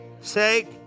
say